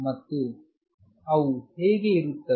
ಮತ್ತು ಅವು ಹೇಗೆ ಇರುತ್ತವೆ